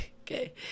Okay